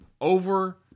over